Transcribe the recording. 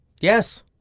yes